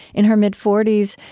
in her mid forty s,